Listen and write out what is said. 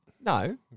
No